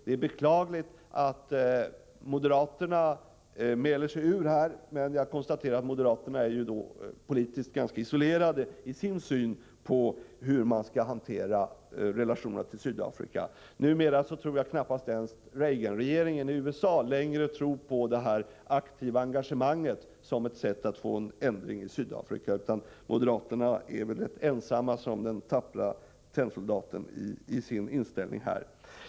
Det är beklagligt att moderaterna mäler sig ur. Jag konstaterar dock att moderaterna är politiskt ganska isolerade i sin syn på hur man skall hantera relationerna till Sydafrika. Numera tror nog knappast ens Reaganregeringen i USA längre på det aktiva engagemanget som ett sätt att få en ändring till stånd i Sydafrika, utan moderaterna är väl ensamma som den ståndaktige tennsoldaten i sin inställning.